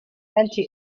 anti